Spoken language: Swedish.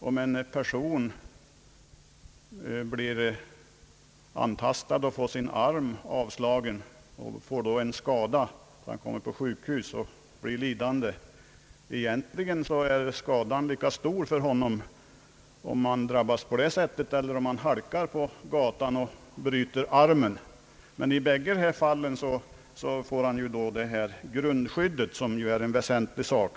Om en person blir antastad och får sin arm bruten eller om han faller i gatan utan någons förvållande och drabbas av samma skada, så är olyckan lika smärtsam i bägge fallen. I båda dessa fall får han ett grundskydd, vilket är en väsentlig sak.